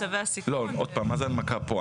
מה זה הנמקה פה?